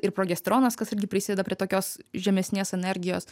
ir progesteronas kas irgi prisideda prie tokios žemesnės energijos